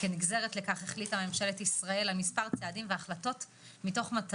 ולכן ממשלת ישראל החליטה על מספר צעדים והחלטות במטרה